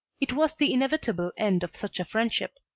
it was the inevitable end of such a friendship.